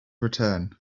return